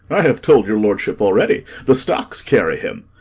i have told your lordship already the stocks carry him.